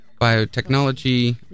biotechnology